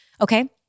okay